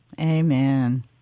Amen